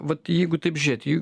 vat jeigu taip žėt į